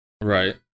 Right